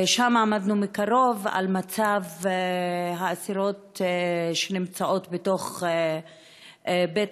שם עמדנו מקרוב על מצב האסירות שנמצאות בתוך בית-הסוהר.